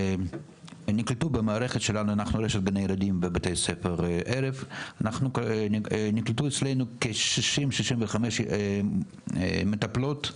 נקלטו במערכת שלנו --- בבתי ספר 1000. נקלטו אצלנו כ-60-65 מטפלות,